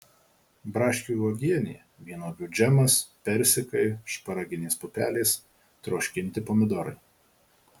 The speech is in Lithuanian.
braškių uogienė vynuogių džemas persikai šparaginės pupelės troškinti pomidorai